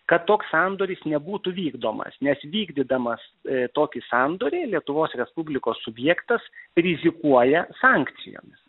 kad toks sandoris nebūtų vykdomas nes vykdydamas tokį sandorį lietuvos respublikos subjektas rizikuoja sankcijomis